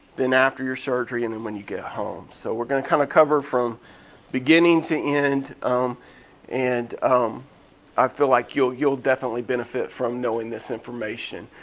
then after your surgery, and then when you get home. so we're gonna kinda cover from beginning to end and i feel like you'll you'll definitely benefit from knowing this information.